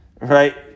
right